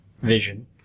vision